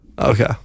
Okay